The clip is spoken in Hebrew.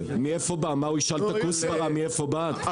מאיפה בא, מה הוא ישאל את הכוסברה מאיפה באת?